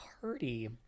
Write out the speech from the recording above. party